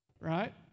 right